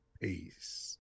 Peace